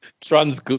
trans